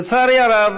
לצערי הרב,